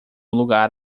lugar